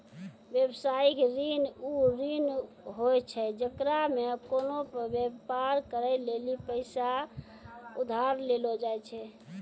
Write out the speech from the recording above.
व्यवसायिक ऋण उ ऋण होय छै जेकरा मे कोनो व्यापार करै लेली पैसा उधार लेलो जाय छै